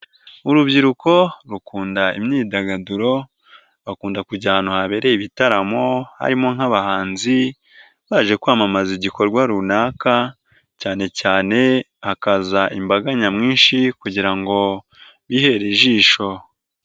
Urubyiruko rukunda imyidagaduro bakunda kujya ahantu habereye ibitaramo, harimo nk'abahanzi baje kwamamaza igikorwa runaka cyane cyane hakaza imbaga nyamwinshi kugira ngo bihere ijisho.